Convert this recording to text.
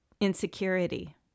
insecurity